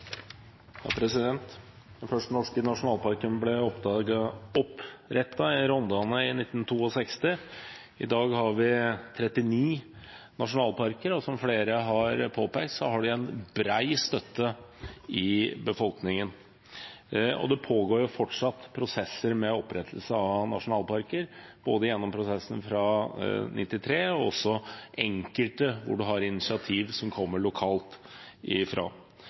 Den første norske nasjonalparken ble opprettet i Rondane i 1962. I dag har vi 39 nasjonalparker, og som flere har påpekt, har de bred støtte i befolkningen. Det pågår fortsatt prosesser med opprettelse av nasjonalparker, både gjennom prosessen fra 1993 og ved enkelte hvor det kommer initiativ